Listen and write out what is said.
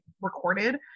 recorded